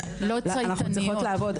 לא צייתניות.